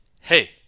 hey